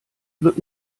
wird